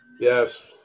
Yes